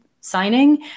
signing